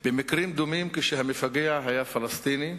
במקרים דומים, כאשר המפגע היה פלסטיני,